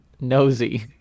Nosy